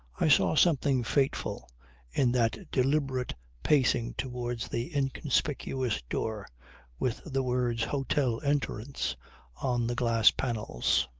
i saw something fateful in that deliberate pacing towards the inconspicuous door with the words hotel entrance on the glass panels.